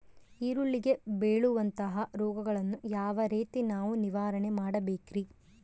ಈರುಳ್ಳಿಗೆ ಬೇಳುವಂತಹ ರೋಗಗಳನ್ನು ಯಾವ ರೇತಿ ನಾವು ನಿವಾರಣೆ ಮಾಡಬೇಕ್ರಿ?